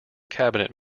cabinet